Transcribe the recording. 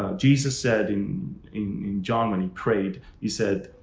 ah jesus said in in john when he prayed, he said,